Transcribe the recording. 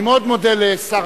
אני מאוד מודה לשר